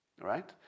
right